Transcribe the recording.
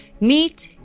meat,